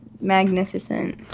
magnificent